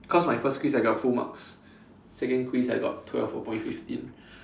cause my first quiz I got full marks second quiz I got twelve a point fifteen